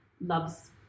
loves